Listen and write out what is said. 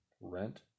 Rent